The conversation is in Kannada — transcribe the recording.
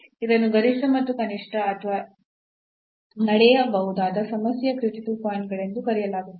ಇದನ್ನು ಗರಿಷ್ಠ ಅಥವಾ ಕನಿಷ್ಠ ನಡೆಯಬಹುದಾದ ಸಮಸ್ಯೆಯ ಕ್ರಿಟಿಕಲ್ ಪಾಯಿಂಟ್ ಗಳೆಂದು ಕರೆಯಲಾಗುತ್ತದೆ